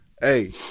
hey